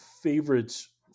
favorites